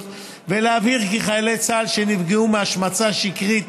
ולהבהיר כי חיילי צה"ל שנפגעו מהשמצה שקרית